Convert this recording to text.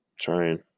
trying